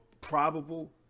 probable